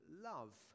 love